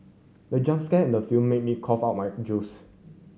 the jump scare in the film make me cough out my juice